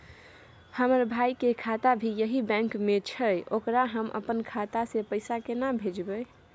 हमर भाई के खाता भी यही बैंक में छै ओकरा हम अपन खाता से पैसा केना भेजबै?